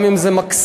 גם אם זה מקסים,